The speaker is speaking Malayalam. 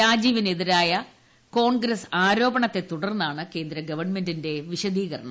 രാജീവിന് എതിരായ കോൺഗ്രസ് ആരോപണത്തെ തുടർന്നാണ് കേന്ദ്രഗവൺമെന്റ് വിശദീകരണം